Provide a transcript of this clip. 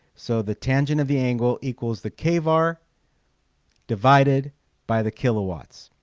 so the tangent of the angle equals the kvar divided by the kilowatts